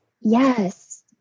Yes